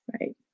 Right